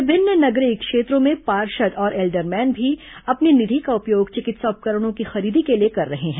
विभिन्न नगरीय क्षेत्रों में पार्षद और एल्डरमैन भी अपनी निधि का उपयोग चिकित्सा उपकरणों की खरीदी के लिए कर रहे हैं